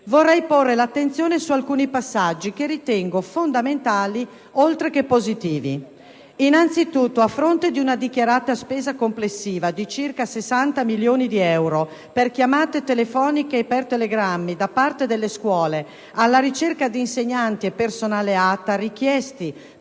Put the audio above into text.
vorrei porre l'attenzione su alcuni passaggi che ritengo fondamentali oltre che positivi. Innanzitutto, a fronte di una dichiarata spesa complessiva di circa 60 milioni di euro per chiamate telefoniche e per telegrammi da parte delle scuole alla ricerca di insegnanti e personale ATA richiesti